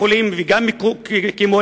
כמורים וגם כמומחים,